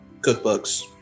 cookbooks